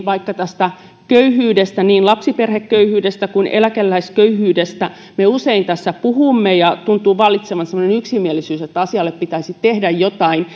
vaikka köyhyydestä niin lapsiperheköyhyydestä kuin eläkeläisköyhyydestä me usein puhumme ja tuntuu vallitsevan semmoinen yksimielisyys että asialle pitäisi tehdä jotain